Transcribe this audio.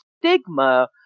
stigma